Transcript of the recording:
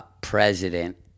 president